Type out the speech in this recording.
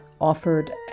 offered